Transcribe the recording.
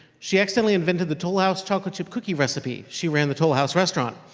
she accidentally invented the toll house chocolate chip cookie recipe. she ran the toll house restaurant.